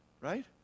right